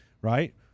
Right